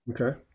Okay